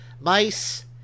mice